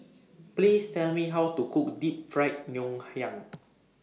Please Tell Me How to Cook Deep Fried Ngoh Hiang